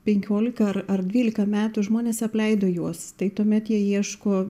penkiolika ar ar dvylika metų žmonės apleido juos tai tuomet jie ieško